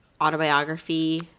autobiography